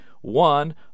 One